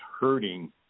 hurting